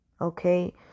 okay